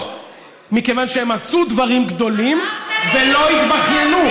מכיוון שהן עשו דברים גדולים ולא התבכיינו.